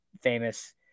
famous